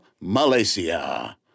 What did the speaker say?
Malaysia